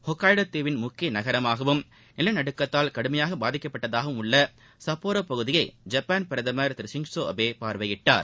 ஹொக்காய்டோதீவின் முக்கியநகரமாகவும் நிலநடுக்கத்தால் கடுமையாகபாதிக்கப்பட்டதாகவும் உள்ளசுப்போரோபகுதியை ஜப்பான் பிரதமர் திரு ஷின்சோஅபேபார்வையிட்டார்